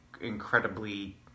incredibly